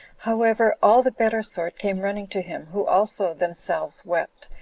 however, all the better sort came running to him, who also themselves wept,